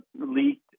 leaked